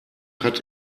hat